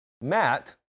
Matt